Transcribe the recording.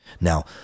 Now